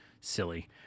silly